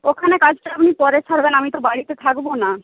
ওখানে কাজটা আপনি পরে সারবেন আমি তো বাড়িতে থাকব না